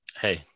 Hey